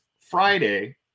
Friday